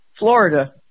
Florida